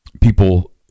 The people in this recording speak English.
People